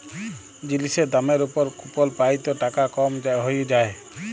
জিলিসের দামের উপর কুপল পাই ত টাকা কম হ্যঁয়ে যায়